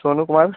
Sonu Kumar